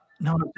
No